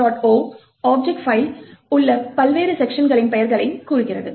o object file உள்ள பல்வேறு செக்க்ஷன்களின் பெயர்களை கூறுகிறது